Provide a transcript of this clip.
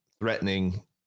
threatening